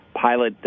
pilot